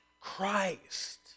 Christ